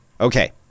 okay